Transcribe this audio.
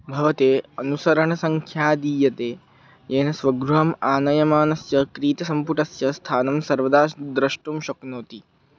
भवते अनुसरणसङ्ख्या दीयते येन स्वगृहम् आनयमानस्य क्रीतसम्पुटस्य स्थानं सर्वदा दृष्टुं शक्नोति